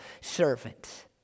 servant